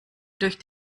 durch